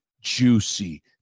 juicy